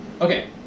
Okay